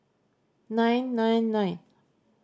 nine nine nine